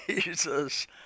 Jesus